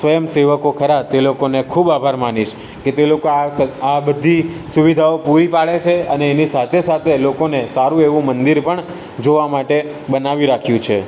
સ્વયંસેવકો ખરા તે લોકોને ખૂબ આભાર માનીશ કે તે લોકો આ બધી સુવિધાઓ પૂરી પાડે છે અને એની સાથે સાથે લોકોને સારું એવું મંદિર પણ જોવા માટે બનાવી રાખ્યું છે